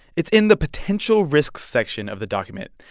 it's in the potential risks section of the document.